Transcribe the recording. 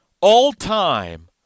all-time